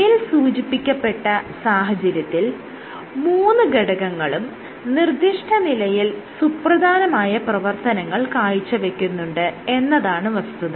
മേൽ സൂചിപ്പിക്കപ്പെട്ട സാഹചര്യത്തിൽ മൂന്ന് ഘടകങ്ങളും നിർദ്ധിഷ്ടനിലയിൽ സുപ്രധാനമായ പ്രവർത്തനങ്ങൾ കാഴ്ചവെക്കുന്നുണ്ട് എന്നതാണ് വസ്തുത